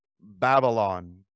Babylon